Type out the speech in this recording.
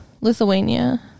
lithuania